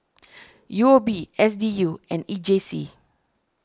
U O B S D U and E J C